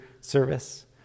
service